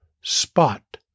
spot